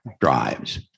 drives